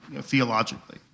theologically